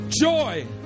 joy